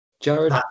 Jared